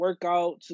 workouts